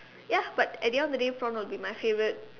ya but at the of the day prawn will be my favourite